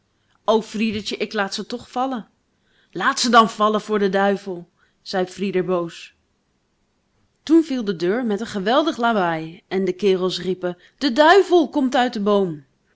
o friedertje ik laat ze toch vallen laat ze dan vallen voor den duivel zei frieder boos toen viel de deur met een geweldig lawaai en de kerels riepen de duivel komt uit den boom